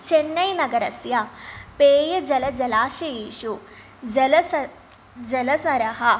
चेन्नै नगरस्य पेयजलजलाशयेषु जलसरः जलसरः